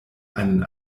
einen